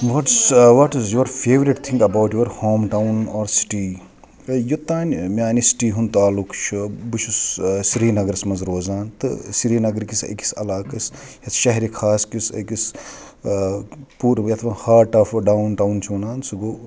what is what is your favourite thing about your home town or city یوٚتانۍ میانہِ city ہُنٛد تعلُق چھُ بہٕ چھُس سِریٖنگرَس منٛز روزان تہٕ سِریٖنگرٕ کِس أکِس علاقَس یَتھ شہرِ خاص کِس أکِس پوٗرٕ یَتھ ہاٹ آف ڈاوُن ٹاوُن چھِ وَنان سُہ گوٚو